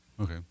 Okay